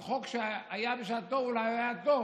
בחוק שאולי בשעתו היה טוב,